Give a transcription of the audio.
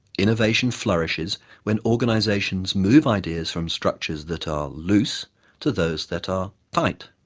innovation flourishes when organizations move ideas from structures that are loose to those that are tight.